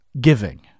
giving